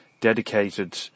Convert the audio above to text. dedicated